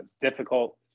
difficult